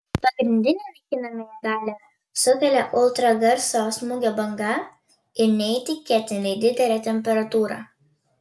pagrindinę naikinamąją galią sukelia ultragarso smūgio banga ir neįtikėtinai didelė temperatūra